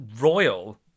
royal